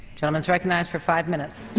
gentleman is recognized for five minutes.